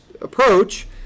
approach